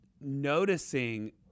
noticing